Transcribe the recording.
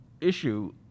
issue